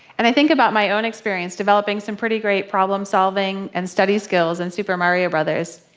and i think about my own experience developing some pretty great problem solving and study skills in super mario brothers,